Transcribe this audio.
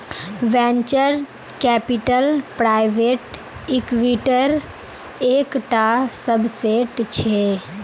venture capital private इक्विटीर एक टा सबसेट छे